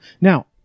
Now